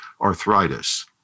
arthritis